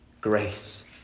Grace